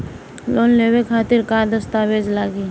Loan लेवे खातिर का का दस्तावेज लागी?